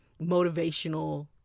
motivational